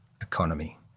economy